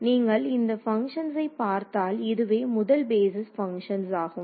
நீங்கள் இந்த பங்க்ஷன்ஸை பார்த்தால் இதுவே முதல் பேஸிஸ் பங்க்ஷன்ஸ் ஆகும்